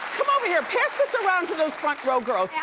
come over here. pass this around to those front row girls. yeah